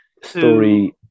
Story